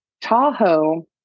tahoe